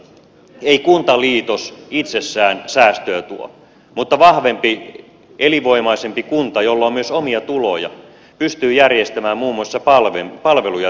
ei kuntaliitos itsessään säästöä tuo mutta vahvempi elinvoimaisempi kunta jolla on myös omia tuloja pystyy järjestämään muun muassa palveluja tehokkaammalla tavalla